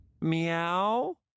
meow